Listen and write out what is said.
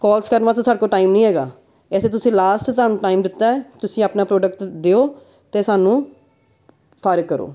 ਕੋਲਸ ਕਰਨ ਵਾਸਤੇ ਸਾਡੇ ਕੋਲ ਟਾਈਮ ਨਹੀਂ ਹੈਗਾ ਇੱਥੇ ਤੁਸੀਂ ਲਾਸਟ ਤੁਹਾਨੂੰ ਟਾਈਮ ਦਿੱਤਾ ਹੈ ਤੁਸੀਂ ਆਪਣਾ ਪ੍ਰੋਡਕਟ ਦਿਓ ਅਤੇ ਸਾਨੂੰ ਫਾਇਰ ਕਰੋ